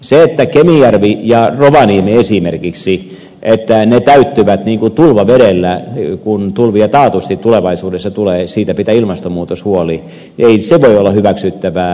se että esimerkiksi kemijärvi ja rovaniemi täyttyvät tulvavedellä kun tulvia taatusti tulevaisuudessa tulee siitä pitää ilmastonmuutos huolen ei se voi olla hyväksyttävää